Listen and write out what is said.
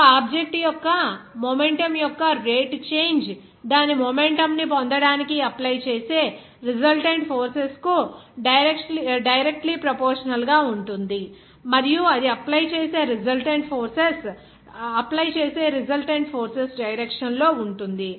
ఒక ఆబ్జెక్ట్ యొక్క మొమెంటం యొక్క రేటు చేంజ్ దాని మొమెంటం ని పొందడానికి అప్లై చేసే రిజల్టెంట్ ఫోర్సెస్ కు డైరెక్ట్లీ ప్రోపోర్షనల్ గా ఉంటుంది మరియు అది అప్లై చేసే రిజల్టెంట్ ఫోర్సెస్ డైరెక్షన్ లో ఉంటుంది